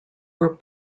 were